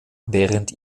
während